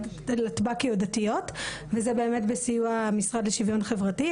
להטב"קיות דתיות וזה באמת בסיוע המשרד לשוויון חברתי.